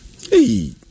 Hey